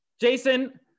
Jason